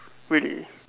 really